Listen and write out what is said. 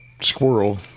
squirrel